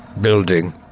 building